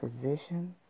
physicians